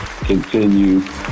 continue